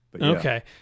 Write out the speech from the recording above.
Okay